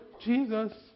Jesus